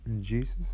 Jesus